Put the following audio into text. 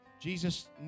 Jesus